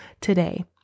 today